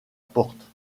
porte